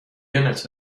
unit